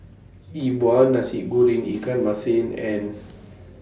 Yi Bua Nasi Goreng Ikan Masin and